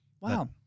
Wow